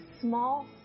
small